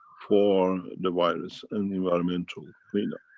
for the virus and environmental cleanup.